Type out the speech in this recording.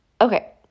Okay